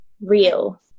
real